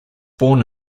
born